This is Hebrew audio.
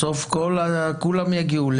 בסוף כולם יגיעו.